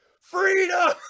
Freedom